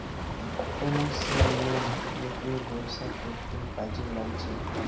commercial loan লোকের ব্যবসা করতে কাজে লাগছে